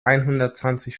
einhundertzwanzig